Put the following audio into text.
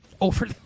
over